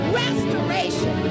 restoration